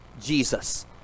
Jesus